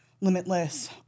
limitless